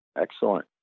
Excellent